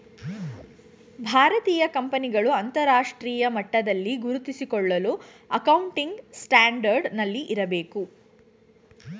ಭಾರತೀಯ ಕಂಪನಿಗಳು ಅಂತರರಾಷ್ಟ್ರೀಯ ಮಟ್ಟದಲ್ಲಿ ಗುರುತಿಸಿಕೊಳ್ಳಲು ಅಕೌಂಟಿಂಗ್ ಸ್ಟ್ಯಾಂಡರ್ಡ್ ನಲ್ಲಿ ಇರಬೇಕು